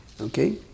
Okay